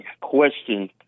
question